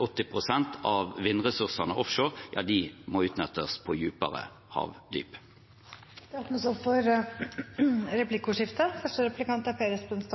Av vindressursene offshore må 70–80 pst. utnyttes på dypere havdyp. Det